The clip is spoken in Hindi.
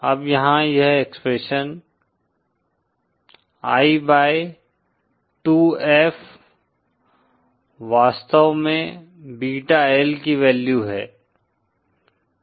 अब यहाँ यह एक्सप्रेशन I बाई 2F वास्तव में बीटा L की वैल्यू है